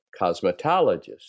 cosmetologist